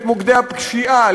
את מוקדי הפשיעה,